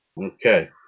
okay